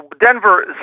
Denver